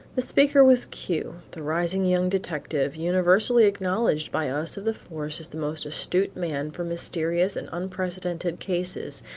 the speaker was q, the rising young detective, universally acknowledged by us of the force as the most astute man for mysterious and unprecedented cases,